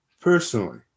personally